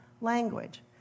language